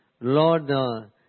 Lord